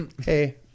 hey